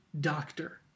doctor